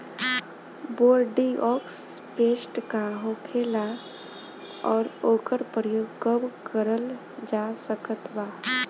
Bordeaux paste का होखेला और ओकर प्रयोग कब करल जा सकत बा?